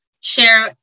share